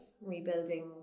rebuilding